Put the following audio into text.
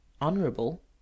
Honorable